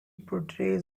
portrays